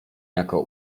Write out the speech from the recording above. jako